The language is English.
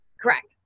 Correct